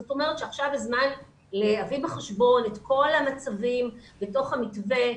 זאת אומרת שעכשיו הזמן להביא בחשבון את כל המצבים בתוך המתווה,